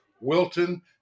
Wilton